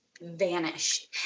vanished